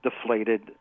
deflated